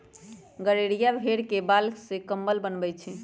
गड़ेरिया भेड़ के बाल से कम्बल बनबई छई